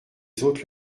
hôtes